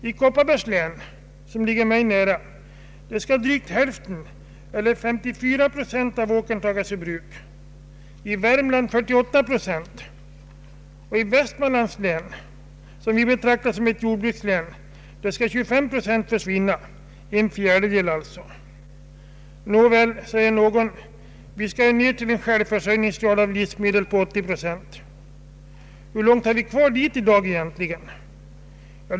I Kopparbergs län, som ligger mig nära, skall drygt hälften eller 54 procent av åkern tas ur bruk och i Värmland 48 procent. I Västmanlands län, som vi betraktar som ett jordbrukslän, skall 23 procent av åkern försvinna. Nåväl, säger någon, vi skall ju ned till en självförsörjningsgrad av 80 procent när det gäller livsmedel. Hur långt har vi i dag egentligen kvar dit?